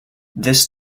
this